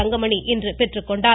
தங்கமணி இன்று பெற்றுக்கொண்டார்